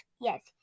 Yes